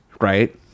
right